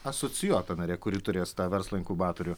asocijuota narė kuri turės tą verslo inkubatorių